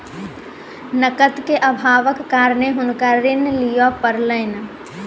नकद के अभावक कारणेँ हुनका ऋण लिअ पड़लैन